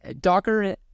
Docker